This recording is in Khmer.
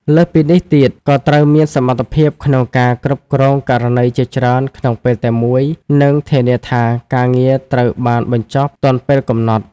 លើសពីនេះទៀត ក៏ត្រូវមានសមត្ថភាពក្នុងការគ្រប់គ្រងករណីជាច្រើនក្នុងពេលតែមួយ និងធានាថាការងារត្រូវបានបញ្ចប់ទាន់ពេលកំណត់។